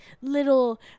little